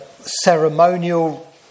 ceremonial